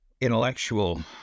intellectual